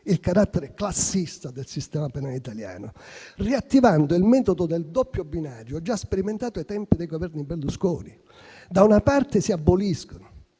il carattere classista del sistema penale italiano, riattivando il metodo del doppio binario, già sperimentato ai tempi dei Governi Berlusconi. Da una parte si aboliscono,